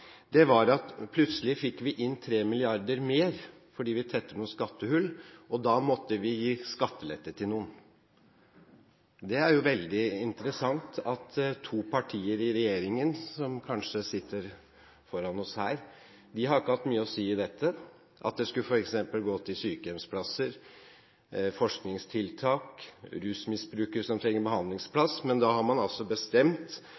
var at man plutselig fikk inn 3 mrd. kr mer fordi man tetter noen skattehull, og da måtte man gi skatteletter til noen. Det er veldig interessant at to partier i regjeringen, som kanskje sitter foran oss her, ikke har hatt mye å si i dette. Det kunne f.eks. gått til sykehjemsplasser, forskningstiltak eller til rusmisbrukere som trenger behandlingsplass, men i Finansdepartementet har man altså bestemt